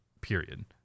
period